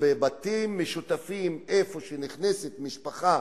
שבבתים משותפים שנכנסת אליהם משפחה